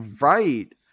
Right